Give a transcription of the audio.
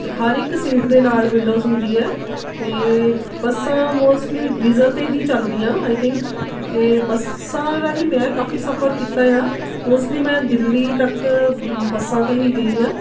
ਹਰ ਇੱਕ ਸੀਟ ਦੇ ਨਾਲ ਵਿੰਡੋਜ਼ ਹੁੰਦੀ ਹੈ ਅਤੇ ਬੱਸਾਂ ਮੋਸਟਲੀ ਡੀਜ਼ਲ 'ਤੇ ਹੀ ਚੱਲਦੀਆਂ ਆਈ ਥਿੰਕ ਅਤੇ ਬੱਸਾਂ ਰਾਹੀਂ ਮੈਂ ਕਾਫੀ ਸਫਰ ਕੀਤਾ ਆ ਉਸ ਲਈ ਮੈਂ ਦਿੱਲੀ ਤੱਕ ਬੱਸਾਂ 'ਤੇ ਹੀ ਗਈ ਹਾਂ